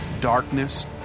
darkness